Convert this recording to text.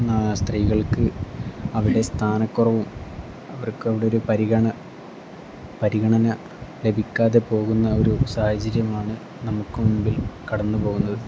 സ്ത്രീകൾക്ക് അവിടെ സ്ഥാനക്കുറവും അവർക്ക് അവിടെ ഒരു പരിഗണ പരിഗണന ലഭിക്കാതെ പോകുന്ന ഒരു സാഹചര്യമാണ് നമുക്ക് മുമ്പിൽ കടന്ന് പോകുന്നത്